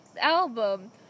album